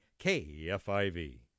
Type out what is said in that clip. KFIV